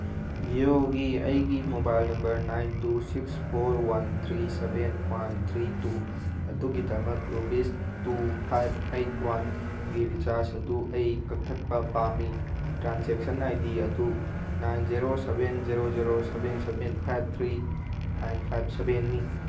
ꯖꯤꯌꯣꯒꯤ ꯑꯩꯒꯤ mobile number nine two six four one three seven one three two ꯑꯗꯨꯒꯤꯃꯗꯛ rupees two five eight ꯋꯥꯟꯒꯤ recharge ꯑꯗꯨ ꯑꯩ ꯀꯛꯊꯠꯄ ꯄꯥꯝꯃꯤ transaction I D no nine zero seven zero zero seven seven five three nine five ꯁꯕꯦꯟꯅꯤ